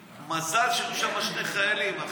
מזל שהיו שם שני שוטרים,